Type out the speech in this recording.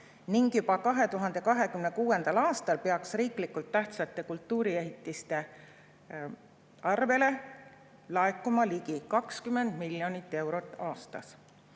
enam. Juba 2026. aastal peaks riiklikult tähtsate kultuuriehitiste arvele laekuma ligi 20 miljonit eurot aastas.